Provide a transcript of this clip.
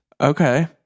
Okay